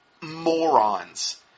morons